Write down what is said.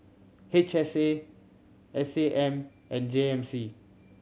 H S A S A M and J M C